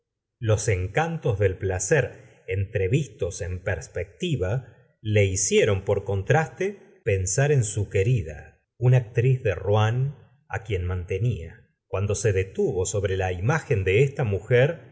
los encantos del placer entrevistos en perspectiva le hicieron por contraste pensar en su querida una actriz de rouen á quien mantenía cuando se detuvo sobre la imagen de esta mujer